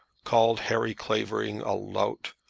called harry clavering a lout,